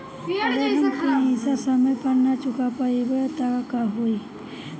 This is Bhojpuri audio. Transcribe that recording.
अगर हम पेईसा समय पर ना चुका पाईब त का होई?